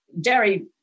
dairy